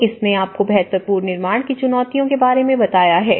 तो इसने आपको बेहतर पूर्ण निर्माण की चुनौतियों के बारे में बताया है